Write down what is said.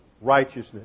righteousness